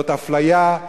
זאת אפליה,